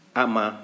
ama